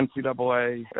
NCAA